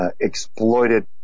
exploited